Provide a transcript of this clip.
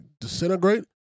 disintegrate